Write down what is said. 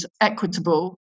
equitable